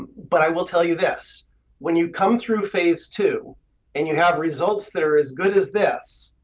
but i will tell you this when you come through phase two and you have results that are as good as this,